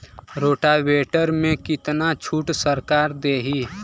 Rotavator में कितना छूट सरकार देही?